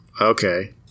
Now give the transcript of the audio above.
Okay